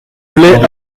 blais